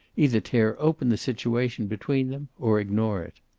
either tear open the situation between them, or ignore it.